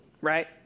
right